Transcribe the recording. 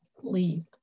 leave